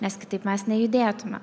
nes kitaip mes nejudėtume